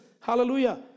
Hallelujah